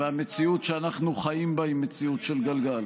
המציאות שאנחנו חיים בה היא מציאות של גלגל.